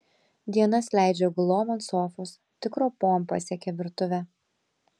dienas leidžia gulom ant sofos tik ropom pasiekia virtuvę